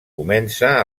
comença